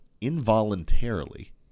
involuntarily